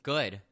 Good